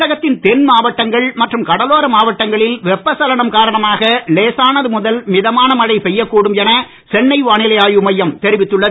தமிழகத்தின் தென் மாவட்டங்கள் மற்றும் கடலோர மாவட்டங்களில் வெப்ப சலனம் காரணமாக லேசானது முதல் மிதமான மழை பெய்யக்கூடும் என சென்னை வானிலை ஆய்வு மையம் தெரிவித்துள்ளது